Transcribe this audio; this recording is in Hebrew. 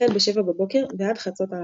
החל בשבע בבוקר ועד חצות הלילה.